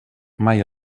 mai